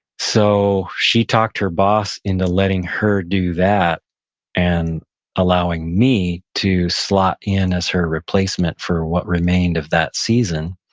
so, she talked her boss into letting her do that and allowing me to slot in as her replacement for what remained of that season,